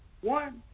One